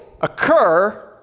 occur